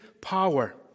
power